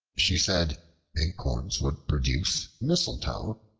she said acorns would produce mistletoe,